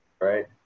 right